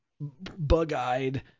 bug-eyed